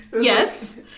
yes